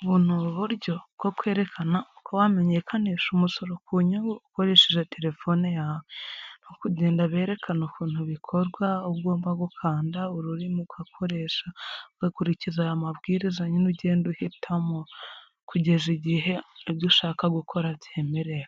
Ubu ni uburyo bwo kwerekana uko wamenyekanisha umusoro ku nyungu ukoresheje telefone yawe no kugenda berekana ukuntu bikorwa, aho ugomba gukanda ururimi ugakoresha, ugakurikiza aya mabwiriza nyine ugenda uhitamo, kugeza igihe ibyo ushaka gukora byemerewe,